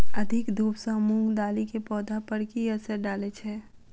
अधिक धूप सँ मूंग दालि केँ पौधा पर की असर डालय छै?